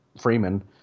Freeman